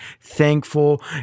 thankful